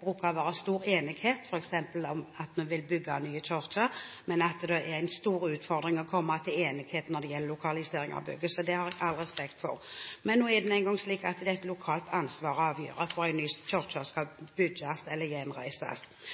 bruker å være stor enighet, f.eks. om at vi vil bygge den nye kirken, men at det er en stor utfordring når det gjelder å komme til enighet om lokalisering av bygget – så det har jeg all respekt for. Det er nå engang slik at det er et lokalt ansvar å avgjøre hvor en ny kirke skal bygges eller gjenreises